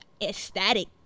ecstatic